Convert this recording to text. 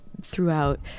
throughout